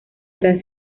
gran